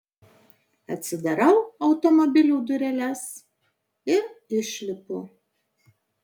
atsidarau automobilio dureles ir išlipu